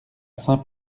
saint